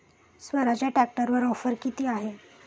स्वराज्य ट्रॅक्टरवर ऑफर किती आहे?